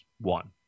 one